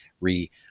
re-